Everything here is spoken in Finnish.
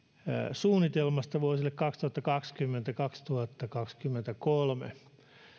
suunnitelmasta vuosille kaksituhattakaksikymmentä viiva kaksituhattakaksikymmentäkolme